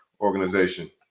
organization